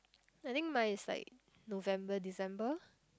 I think mine is like November December